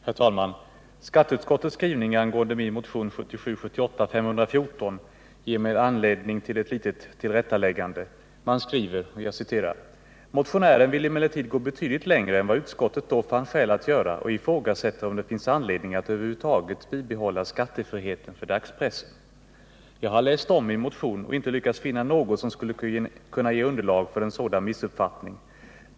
Herr talman! Skatteutskottets skrivning angående min motion 1977/ 78:514 ger mig anledning till ett litet tillrättaläggande. Man skriver: ”Motionären vill emellertid gå betydligt längre än vad utskottet då fann skäl att göra och ifrågasätter om det finns anledning att över huvud taget bibehålla skattefriheten för dagspressen.” Jag har läst om min motion, men inte lyckats finna något som skulle kunna ge underlag för en sådan missuppfattning.